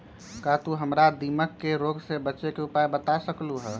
का तू हमरा दीमक के रोग से बचे के उपाय बता सकलु ह?